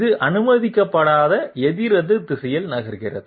இது அனுமதிக்கப்படாத எதிரெதிர் திசையில் நகர்கிறது